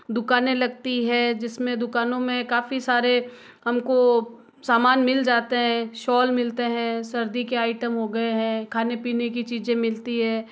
दुकानें लगती है जिसमें दुकानों में काफ़ी सारे हमको सामान मिल जाते हैं शॉल मिलते हैं सर्दी के आइटम हो गए हैं खाने पीने की चीजें मिलती है